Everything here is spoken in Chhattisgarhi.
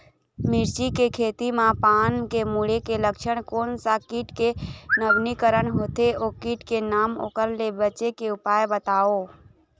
मिर्ची के खेती मा पान के मुड़े के लक्षण कोन सा कीट के नवीनीकरण होथे ओ कीट के नाम ओकर ले बचे के उपाय बताओ?